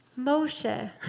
Moshe